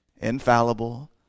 infallible